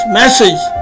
message